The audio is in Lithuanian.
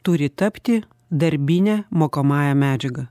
turi tapti darbine mokomąja medžiaga